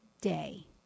day